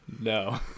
No